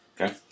Okay